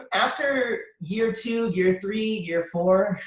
after year two, year three, year four,